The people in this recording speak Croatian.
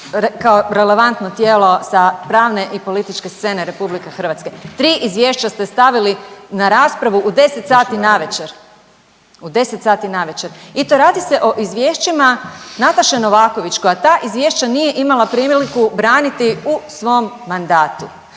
kao relevantno tijelo sa pravne i političke scene RH. 3 izvješća ste stavili na raspravu u 10 sati navečer. U 10 sati navečer. I to radi se o izvješćima Nataše Novaković koja ta izvješća nije imala priliku braniti u svom mandatu.